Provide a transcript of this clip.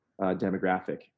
demographic